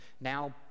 now